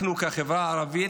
אנחנו כחברה ערבית,